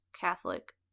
Catholic